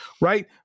right